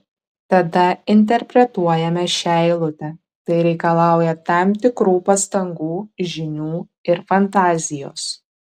tada interpretuojame šią eilutę tai reikalauja tam tikrų pastangų žinių ir fantazijos